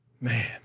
Man